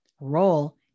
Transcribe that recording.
role